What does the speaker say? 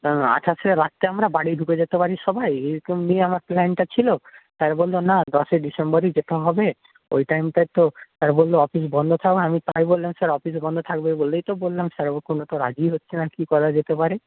আঠাশে রাত্রে আমরা বাড়ি ঢুকে যেতে পারি সবাই এই নিয়ে আমার প্ল্যানটা ছিল স্যার বললো না দশই ডিসেম্বরই যেতে হবে ওই টাইমটায় তো স্যার বললো অফিস বন্ধ থাকবে আমি তাই বললাম স্যার অফিস বন্ধ থাকবে বলেই তো বললাম স্যার কোনো রাজিই হচ্ছে না কি করা যেতে পারে